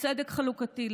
לצדק חלוקתי,